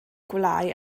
gwelyau